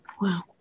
Wow